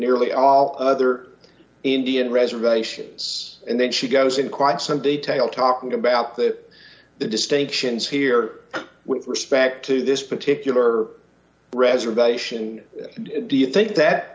nearly all other indian reservations and then she goes in quite some detail talking about the distinctions here with respect to this particular reservation do you think that